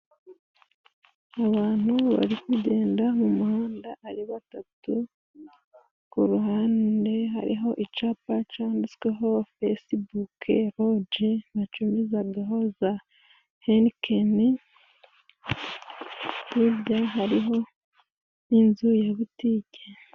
Abantu bari kugenda mu muhanda ari batatu, ku ruhande hariho icyapa cyanditsweho Fesibukeroji bacururizaho za Henikeni, hirya hariho n'inzu ya butike.